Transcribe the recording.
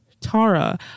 Tara